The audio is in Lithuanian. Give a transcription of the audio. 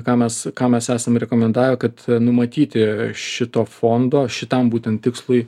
ką mes ką mes esam rekomendavę kad numatyti šito fondo šitam būtent tikslui